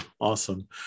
Awesome